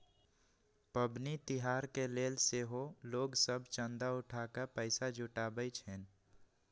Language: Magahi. पबनि तिहार के लेल सेहो लोग सभ चंदा उठा कऽ पैसा जुटाबइ छिन्ह